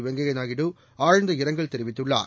வெங்கையாநாயுடு ஆழ்ந்த இரங்கல் தெரிவித்துள்ளார்